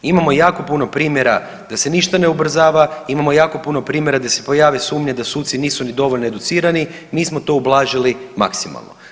Imamo jako puno primjera da se ništa ne ubrzava, imamo jako puno primjera da se pojave sumnje da suci nisu ni dovoljno educirani, mi smo to ublažili maksimalno.